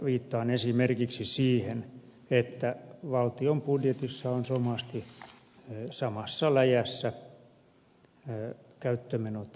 viittaan esimerkiksi siihen että valtion budjetissa ovat somasti samassa läjässä käyttömenot ja investointimenot